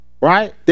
right